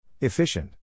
Efficient